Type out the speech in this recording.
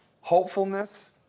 hopefulness